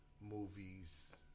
movies